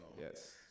Yes